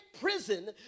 prison